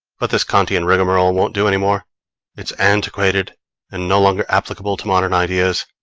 but this kantian rigmarole won't do any more it's antiquated and no longer applicable to modern ideas.